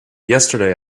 yesterday